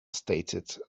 stated